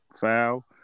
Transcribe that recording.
foul